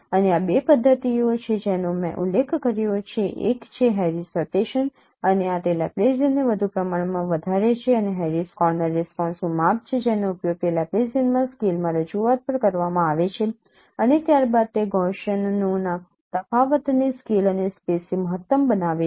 અને આ બે પદ્ધતિઓ છે જેનો મેં ઉલ્લેખ કર્યો છે એક છે હેરિસ લેપ્લેસિયન અને આ તે લેપ્લેસિયનને વધુ પ્રમાણમાં વધારે છે અને હેરિસ કોર્નર રિસ્પોન્સનું માપ છે જેનો ઉપયોગ તે લેપ્લેસિયનમાં સ્કેલમાં રજૂઆત પર કરવામાં આવે છે અને ત્યારબાદ તે ગૌસિયનોના તફાવત ને સ્કેલ અને સ્પેસથી મહત્તમ બનાવે છે